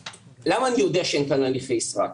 למה אני יודע שאין כאן הליכי סרק?